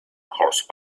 horse